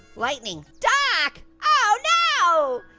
lightning, doc. oh no.